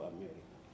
America